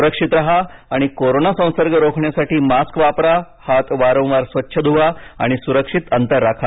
सुरक्षित राहा आणि कोरोना संसर्ग रोखण्यासाठी मास्क वापरा हात वारंवार स्वच्छ धुवा सुरक्षित अंतर ठेवा